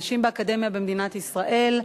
נשים באקדמיה במדינת ישראל.